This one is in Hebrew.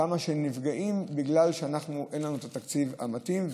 כמה שהן נפגעות בגלל שאין לנו את התקציב המתאים,